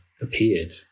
appeared